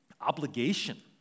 obligation